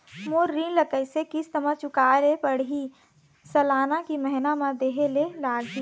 मोर ऋण ला कैसे किस्त म चुकाए ले पढ़िही, सालाना की महीना मा देहे ले लागही?